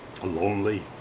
lonely